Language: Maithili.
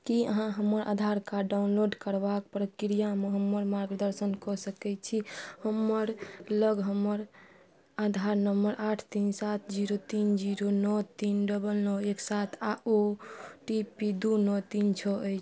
कि अहाँ हमर आधार कार्ड डाउनलोड करबाक प्रक्रियामे हमर मार्गदर्शन कऽ सकै छी हमरालग हमर आधार नम्बर आठ तीन सात जीरो तीन जीरो नओ तीन डबल नओ एक सात आओर ओ टी पी दुइ नओ तीन छओ अछि